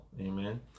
Amen